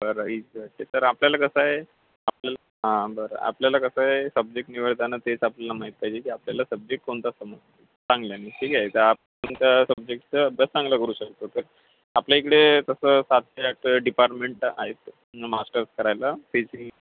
बरं अच्छा अच्छा तर आपल्याला कसं आहे आपल्याला हां बरं आपल्याला कसं आहे सब्जेक्ट निवडताना तेच आपल्याला माहीत पाहिजे की आपल्याला सब्जेक्ट कोणता समजा चांगला आहे ठीक आहे तर आपण त्या सब्जेक्टचं अभ्यास चांगला करू शकतो तर आपल्या इकडे तसं सात ते आठ डिपार्टमेंट आहेत मास्टर्स करायला फिसींग